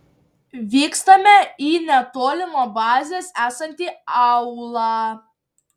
vykstame į netoli nuo bazės esantį aūlą